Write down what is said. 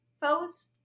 foes